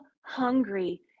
hungry